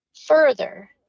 further